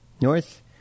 North